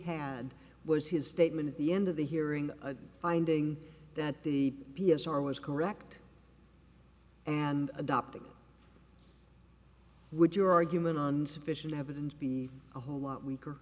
had was his statement at the end of the hearing a finding that the p s r was correct and adopting would your argument on sufficient evidence be a whole lot weaker